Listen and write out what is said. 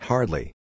Hardly